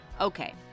Okay